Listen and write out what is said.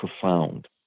profound